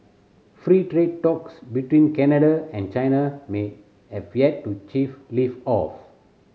free trade talks between Canada and China may have yet to lift off